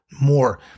more